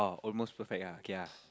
oh almost perfect ah k ah